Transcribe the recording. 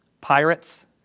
pirates